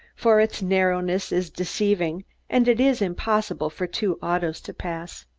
for its narrowness is deceiving and it is impossible for two autos to pass.